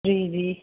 जी जी